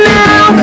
now